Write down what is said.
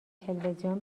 تلویزیون